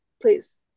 please